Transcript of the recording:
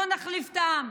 בוא נחליף את העם.